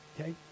okay